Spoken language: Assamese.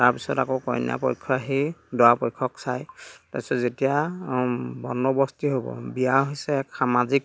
তাৰ পিছত আকৌ কইনা পক্ষই সেই দৰা পক্ষক চাই তাৰপিছত যেতিয়া বন্দৱস্তি হ'ব বিয়া হৈছে এক সামাজিক